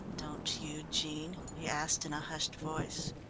don't you, jean? he asked in a hushed voice.